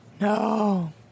No